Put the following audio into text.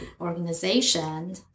organization